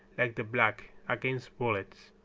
like the black, against bullets,